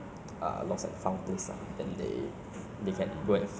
so if you found one thousand dollars on the road